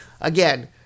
Again